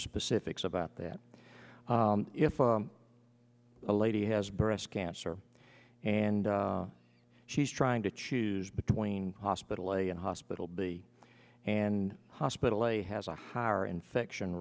specifics about that if a lady has breast cancer and she's trying to choose between hospital a hospital b and hospital a has a higher infection